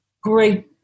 great